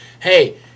hey